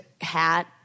hat